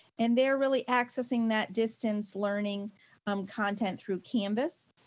and they're really accessing that distance learning um content through canvas.